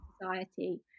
society